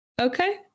Okay